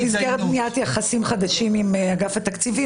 במסגרת בניית יחסים חדשים עם אגף התקציבים,